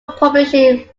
publishing